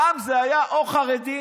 פעם זה היה או חרדים